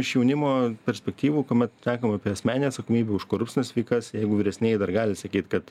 iš jaunimo perspektyvų kuomet taikoma asmeninė atsakomybė už korupcines veikas jeigu vyresnieji dar gali sakyt kad